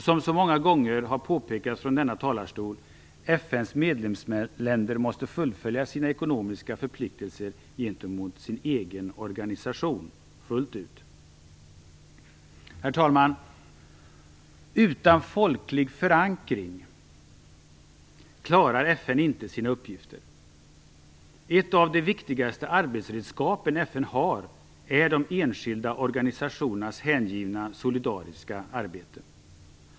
Som så många gånger har påpekats från denna talarstol måste FN:s medlemsländer fullfölja sina ekonomiska förpliktelser fullt ut gentemot sin egen organisation. Herr talman! Utan folklig förankring klarar inte FN sina uppgifter. Ett av de viktigaste arbetsredskapen FN har är de enskilda organisationernas hängivna solidariska arbete.